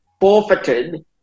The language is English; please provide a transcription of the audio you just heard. forfeited